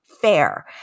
fair